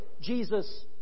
Jesus